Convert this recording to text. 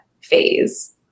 phase